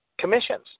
commissions